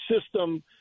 system